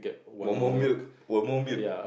one more milk one more milk